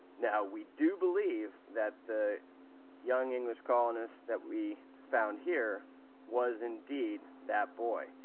now, we do believe that the young english colonist that we found here was indeed that boy.